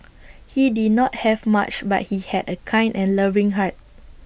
he did not have much but he had A kind and loving heart